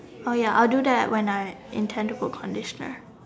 ya I will do that when I intent to put conditioner